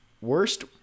worst